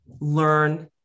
learn